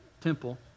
Temple